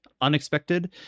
unexpected